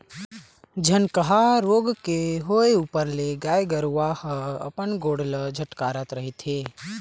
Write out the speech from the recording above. झनकहा रोग के होय ऊपर ले गाय गरुवा ह अपन गोड़ ल झटकारत रहिथे